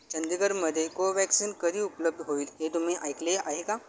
चंदीगडमध्ये कोवॅक्सिन कधी उपलब्ध होईल हे तुम्ही ऐकले आहे का